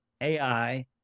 AI